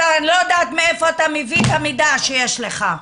אני לא יודעת מאיפה אתה מביא את המידע שיש לך.